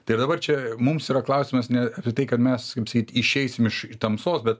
tai dabar čia mums yra klausimas ne apie tai kad mes kaip sakyt išeisim iš tamsos be